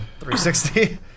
360